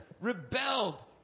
rebelled